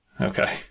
Okay